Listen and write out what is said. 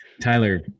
Tyler